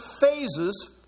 phases